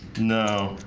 no,